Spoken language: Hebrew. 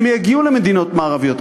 הם יגיעו למדינות מערביות,